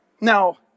Now